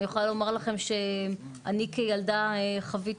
אני יכולה לומר לכם שאני כילדה חוויתי